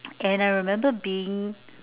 and I remember being